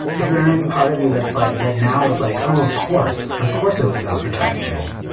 is there any part of you that's like that now is like, oh, of course, of course it was about protecting me?